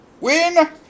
win